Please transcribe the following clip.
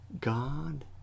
god